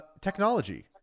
technology